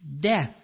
death